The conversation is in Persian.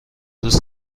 روز